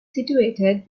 situated